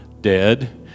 dead